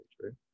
true